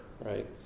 right